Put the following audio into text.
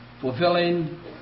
fulfilling